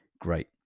great